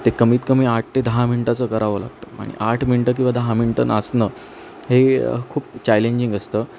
ते कमीत कमी आठ ते दहा मिनटाचं करावं लागतं म्हणजे आठ मिनटं किंवा दहा मिनटं नाचणं हे खूप चॅलेंजिंग असतं